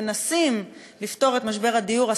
מנסות לפתור את משבר הדיור.